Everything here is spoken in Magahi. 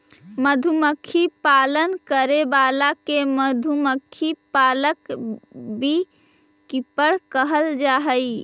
मधुमक्खी पालन करे वाला के मधुमक्खी पालक बी कीपर कहल जा हइ